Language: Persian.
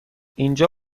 اینجا